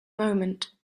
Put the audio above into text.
moment